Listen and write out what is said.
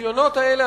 הניסיונות האלה,